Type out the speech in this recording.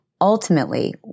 Ultimately